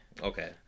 Okay